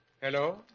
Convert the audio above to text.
Hello